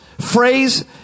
phrase